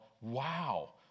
wow